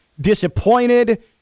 disappointed